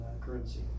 currency